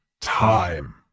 time